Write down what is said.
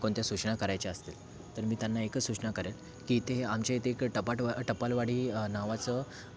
कोणत्या सूचना करायच्या असतील तर मी त्यांना एकच सूचना करेल की ते आमचे इथे एक टपाट टपालवाडी नावाचं